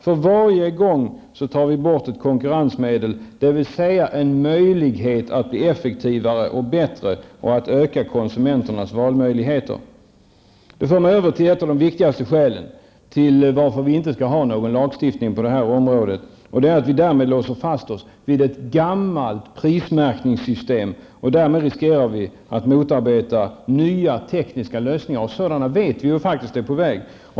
För varje gång tar vi bort ett konkurrensmedel, dvs. en möjlighet för butikerna att bli effektivare och bättre och för konsumenterna att välja. Nu kommer jag in på ett av de viktigaste skälen till att vi inte skall ha någon lagstiftning på detta område, och det är att vi härigenom låser oss vid ett gammalt prismärkningssystem. Därmed finns risken att nya tekniska lösningar motarbetas, och sådana är faktiskt -- det vet vi ju -- på väg.